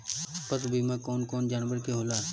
पशु बीमा कौन कौन जानवर के होला?